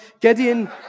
Gideon